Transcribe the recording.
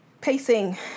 Pacing